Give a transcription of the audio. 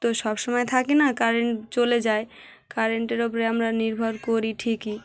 তো সব সমময় থাকি না কারেন্ট চলে যায় কারেন্টের ওপরে আমরা নির্ভর করি ঠিকই